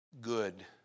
good